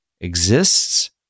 exists